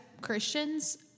Christians